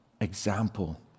example